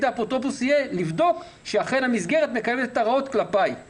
האפוטרופוס יהיה לבדוק שאכן המסגרת מקיימת את ההוראות כלפיי.